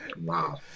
wow